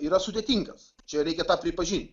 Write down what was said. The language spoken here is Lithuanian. yra sudėtingas čia reikia tą pripažinti